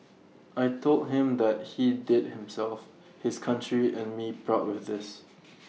I Told him that he did himself his country and me proud with this